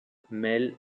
mel